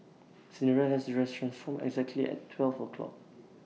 Cinderella's dress transformed exactly at twelve o' clock